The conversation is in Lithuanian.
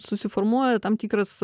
susiformuoja tam tikras